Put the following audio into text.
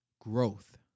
growth